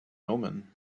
omen